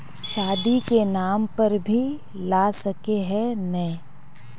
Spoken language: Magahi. शादी के नाम पर भी ला सके है नय?